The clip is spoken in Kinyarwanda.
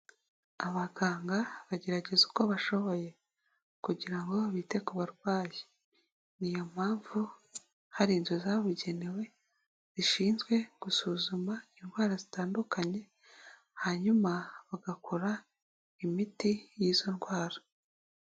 Abaganga bagerageza uko bashoboye kugira ngo bite ku barwayi. Ni yo mpamvu hari inzu zabugenewe zishinzwe gusuzuma indwara zitandukanye. Hanyuma bagakora imiti y'izo ndwara.